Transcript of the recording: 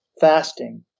Fasting